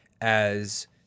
as-